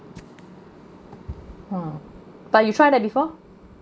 !huh! but you tried that before